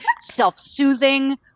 self-soothing